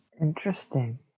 Interesting